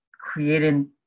creating